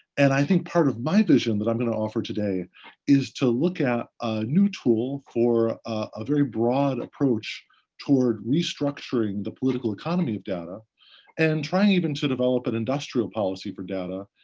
and i think part of my vision that i'm going to offer today is to look at a new tool for a very broad approach toward restructuring the political economy of data and trying even to develop an industrial policy for data,